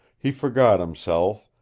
he forgot himself,